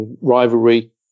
rivalry